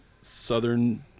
Southern